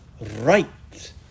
right